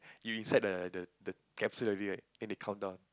you inside the the the capsule already right then they count down